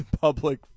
public